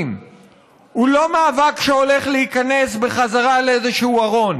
הוא לא מאבק שהולך להיכנס בחזרה לאיזשהו ארון,